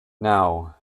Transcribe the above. now